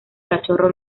cachorro